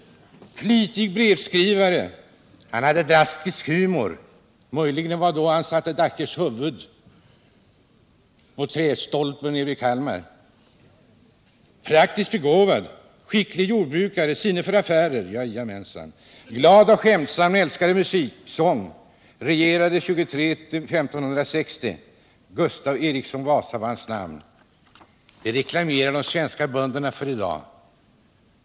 ”Flitig brevskrivare. Drastisk humor.” Möjligen var det då han satte Dackes huvud mot trästolpen i Kalmar. ”Praktiskt begåvad. Skicklig jordbrukare. Sinne för affärer.” Ja, minsann. ”Glad och skämtsam. Älskade sång och musik. Regerade 1523-1560. Gustav Eriksson Vasa var hans namn.” Detta gör de svenska bönderna reklam för i dag.